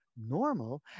normal